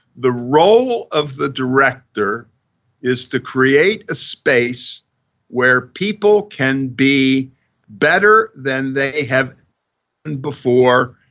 the role of the director is to create a space where people can be better than they have and before,